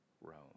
Rome